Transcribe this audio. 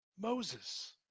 Moses